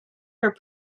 her